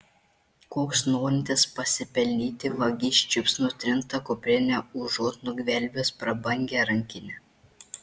koks norintis pasipelnyti vagis čiups nutrintą kuprinę užuot nugvelbęs prabangią rankinę